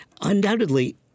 Undoubtedly